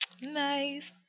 nice